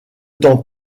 temps